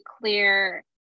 clear